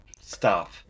stop